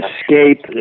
escape